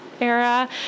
Era